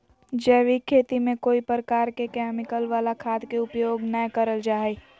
जैविक खेती में कोय प्रकार के केमिकल वला खाद के उपयोग नै करल जा हई